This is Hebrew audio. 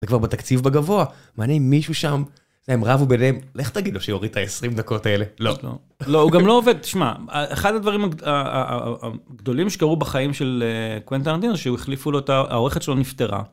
זה כבר בתקציב בגבוה, מעניין, מישהו שם, רבו ביניהם, לך תגיד לו שיוריד את ה-20 דקות האלה. לא. לא, הוא גם לא עובד, תשמע, אחד הדברים הגדולים שקרו בחיים של קוונטין טרנטינו זה שהוא החליפו לו את ה... העורכת שלו נפטרה.